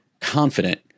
confident